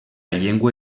llengua